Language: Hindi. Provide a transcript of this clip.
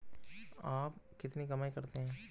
आप कितनी कमाई करते हैं?